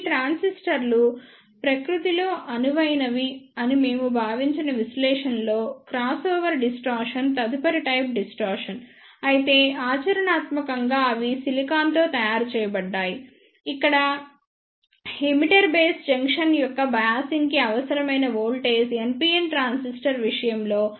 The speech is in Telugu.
ఈ ట్రాన్సిస్టర్లు ప్రకృతిలో అనువైనవి అని మేము భావించిన విశ్లేషణలో క్రాస్ఓవర్ డిస్టార్షన్ తదుపరి టైప్ డిస్టార్షన్ అయితే ఆచరణాత్మకంగా అవి సిలికాన్తో తయారు చేయబడ్డాయి ఇక్కడ ఎమిటర్ బేస్ జంక్షన్ యొక్క బయాసింగ్ కి అవసరమైన వోల్టేజ్ NPN ట్రాన్సిస్టర్ విషయంలో 0